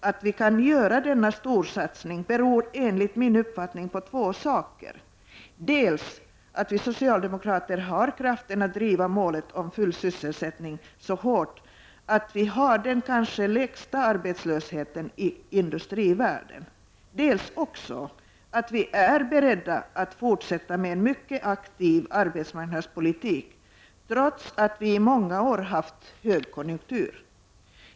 Att vi kan göra denna storsatsning beror enligt min uppfattning på två förhållanden: dels att vi socialdemokrater har kraften att driva målet full sysselsättning så hårt att vi har den kanske lägsta arbetslösheten i industrivärlden, dels att vi också är beredda att fortsätta med en mycket aktiv arbetsmarknadspolitik, trots att vi i många år haft högkonjunktur.